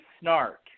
snark